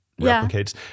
replicates